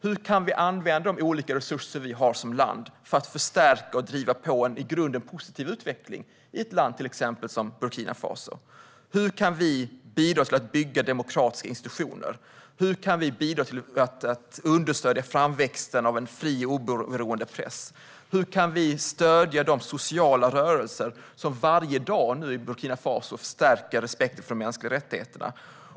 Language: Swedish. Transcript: Hur kan vi använda de olika resurser som Sverige har som land för att förstärka och driva på en i grunden positiv utveckling i ett land, till exempel Burkina Faso? Hur kan vi bidra till att bygga demokratiska institutioner? Hur kan vi bidra till att understödja framväxten av en fri och oberoende press? Hur kan vi stödja de sociala rörelser som nu varje dag i Burkina Faso förstärker respekten för de mänskliga rättigheterna?